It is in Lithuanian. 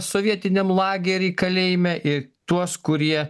sovietiniam lageryje kalėjime ir tuos kurie